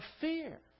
fear